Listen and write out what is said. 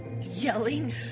yelling